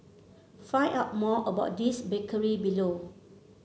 find out more about this bakery below